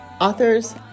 authors